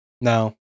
No